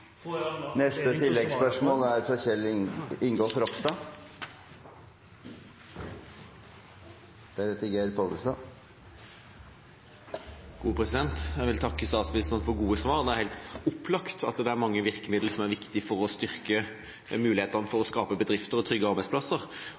Jeg vil takke statsministeren for gode svar. Det er helt opplagt at det er mange virkemidler som er viktige for å styrke mulighetene for å skape bedrifter og trygge arbeidsplasser.